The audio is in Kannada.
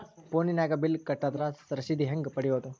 ಫೋನಿನಾಗ ಬಿಲ್ ಕಟ್ಟದ್ರ ರಶೇದಿ ಹೆಂಗ್ ಪಡೆಯೋದು?